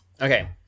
Okay